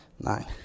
nine